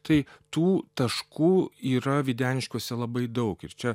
tai tų taškų yra videniškiuose labai daug ir čia